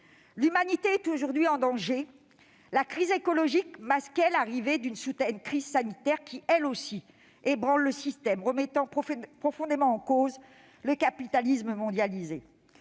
L'humanité est aujourd'hui en danger. La crise écologique masquait l'arrivée d'une soudaine crise sanitaire qui, elle aussi, ébranle le système, remettant profondément en cause le capitalisme mondialisé.